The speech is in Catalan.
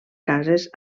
cases